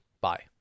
Bye